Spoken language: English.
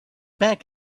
back